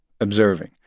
observing